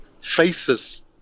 faces